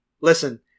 listen